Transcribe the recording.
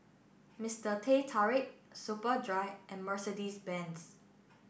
Mister Teh Tarik Superdry and Mercedes Benz